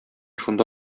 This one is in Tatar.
шунда